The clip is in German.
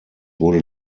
wurde